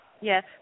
Yes